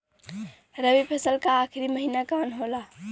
रवि फसल क आखरी महीना कवन होला?